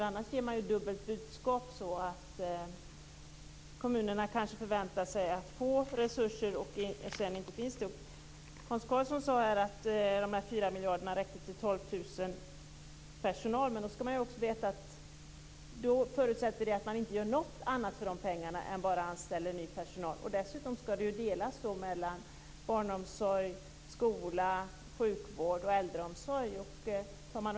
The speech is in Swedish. Annars ger man ett dubbelt budskap; kommunerna kanske förväntar sig att få resurser, men sedan finns de inte. Hans Karlsson sade att de 4 miljarderna räckte till 12 000 anställda. Men då skall man också veta att det förutsätter att man inte gör någonting annat för de pengarna än anställer ny personal. Dessutom skall de delas mellan barnomsorg, skola, sjukvård och äldreomsorg.